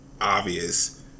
obvious